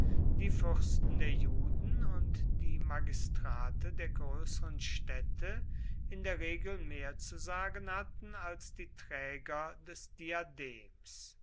die fürsten der juden und die magistrate der größeren städte in der regel mehr zu sagen hatten als die träger des diadems